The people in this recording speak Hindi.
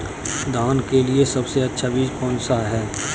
धान के लिए सबसे अच्छा बीज कौन सा है?